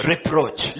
Reproach